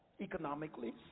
economically